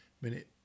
minute